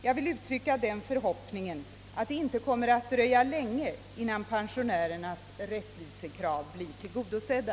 Jag vill uttrycka den förhoppningen att det inte kommer att dröja länge innan pensionärernas rättvisa krav blir tillgodosedda.